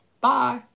Bye